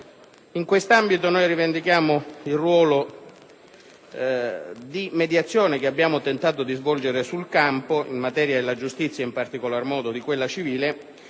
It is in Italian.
In questo ambito noi rivendichiamo il ruolo di mediazione che abbiamo tentato di svolgere sul campo in materia della giustizia, in particolar modo di quella civile,